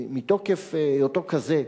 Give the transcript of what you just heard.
מתוקף היותו כזה,